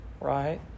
right